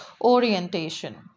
orientation